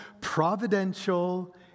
providential